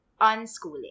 unschooling